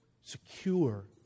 Secure